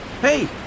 Hey